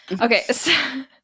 Okay